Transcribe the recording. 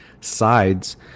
sides